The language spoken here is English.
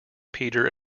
peter